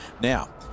now